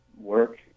work